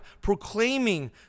proclaiming